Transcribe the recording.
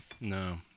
No